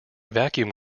vacuum